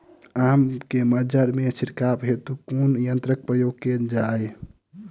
आम केँ मंजर मे छिड़काव हेतु कुन यंत्रक प्रयोग कैल जाय?